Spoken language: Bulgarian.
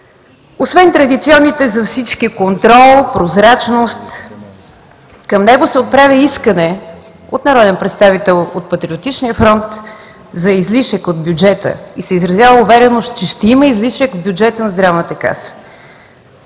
Освен традиционните за всички контрол, прозрачност, към него се отправи искане от народен представител от „Патриотичния фронт“ за излишък от бюджета, и се изразява увереност, че ще има излишък в бюджета на Здравната каса.